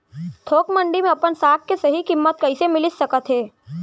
थोक मंडी में अपन साग के सही किम्मत कइसे मिलिस सकत हे?